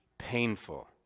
Painful